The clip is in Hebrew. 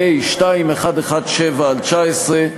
פ/2117/19,